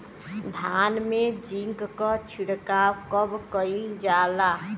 धान में जिंक क छिड़काव कब कइल जाला?